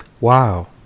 wow